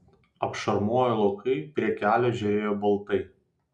apšarmoję laukai prie kelio žėrėjo baltai